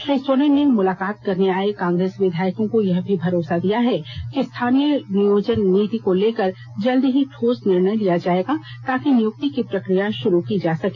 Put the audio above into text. श्री सोरेन ने मुलाकात करने आए कांग्रेस विधायकों को यह भी भरोसा दिया है कि स्थानीय नियोजन नीति को लेकर जल्द ही ठोस निर्णय लिया जाएगा ताकि नियुक्ति की प्रक्रिया शुरू हो सके